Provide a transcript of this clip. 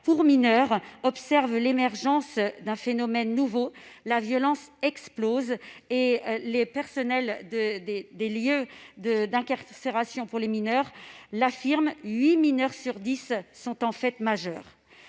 pour mineurs observent l'émergence d'un phénomène nouveau. La violence explose ; les personnels des lieux d'incarcération pour les mineurs l'affirment : huit mineurs sur dix sont en fait majeurs.